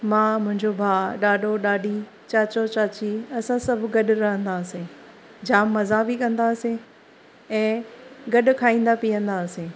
मां मुंहिंजो भा ॾाॾो ॾाॾी चाचो चाची असां सभु गॾु रहंदा हुआसीं जाम मज़ा बि कंदा हुआसीं ऐं गॾु खाईंदा पियंदा हुआसीं